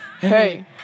Hey